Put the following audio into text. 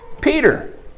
Peter